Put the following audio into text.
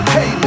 Hey